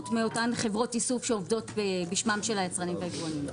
מאותן חברות איסוף שעובדות בשמם של היצרנים והיבואנים.